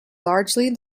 largely